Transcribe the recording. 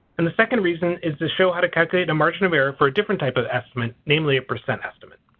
and the second reason is to show how to calculate a margin of error for a different type of estimate, namely a percent estimate.